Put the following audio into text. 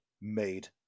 made